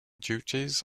duties